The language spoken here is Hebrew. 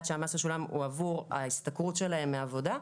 שהמס ששולם הוא עברו ההשתכרות שלהם מעבודה,